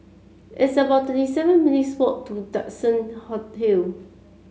it's about thirty seven minutes' walk to Duxton Hill